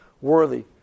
worthy